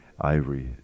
Ivory